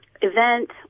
event